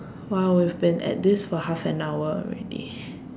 !wow! we've been at this for half an hour already